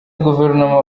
guverinoma